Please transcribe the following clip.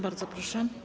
Bardzo proszę.